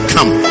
Come